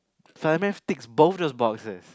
ticks both the boxers